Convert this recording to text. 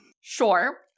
sure